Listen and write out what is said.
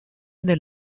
del